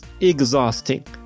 exhausting